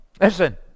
listen